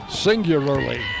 singularly